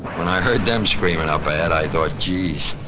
when i heard them screaming up ahead i thought, jeez,